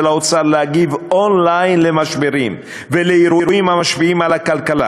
האוצר להגיב און-ליין על משברים ואירועים המשפיעים על הכלכלה,